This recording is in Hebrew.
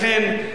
לכן,